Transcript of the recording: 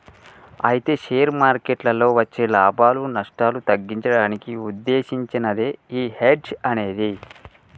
అయితే షేర్ మార్కెట్లలో వచ్చే లాభాలు నష్టాలు తగ్గించడానికి ఉద్దేశించినదే ఈ హెడ్జ్ అనేది